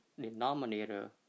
denominator